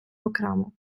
окремо